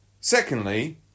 Secondly